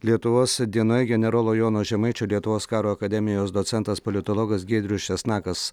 lietuvos dienoje generolo jono žemaičio lietuvos karo akademijos docentas politologas giedrius česnakas